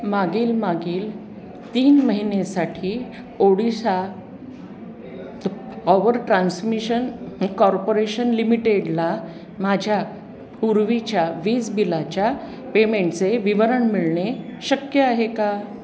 मागील मागील तीन महिनेसाठी ओडिशा पॉवर ट्रान्समिशन कॉर्पोरेशन लिमिटेडला माझ्या पूर्वीच्या वीज बिलाच्या पेमेंटचे विवरण मिळणे शक्य आहे का